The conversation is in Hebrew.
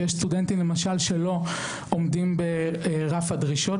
שיש סטודנטים שלא עומדים ברף הדרישות,